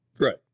Right